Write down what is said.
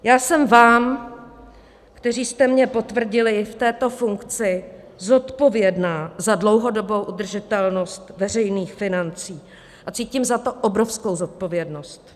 Já jsem vám, kteří jste mě potvrdili v této funkci, zodpovědná za dlouhodobou udržitelnost veřejných financí a cítím za to obrovskou zodpovědnost.